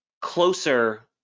closer